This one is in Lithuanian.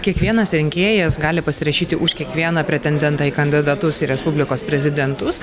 kiekvienas rinkėjas gali pasirašyti už kiekvieną pretendentą į kandidatus į respublikos prezidentus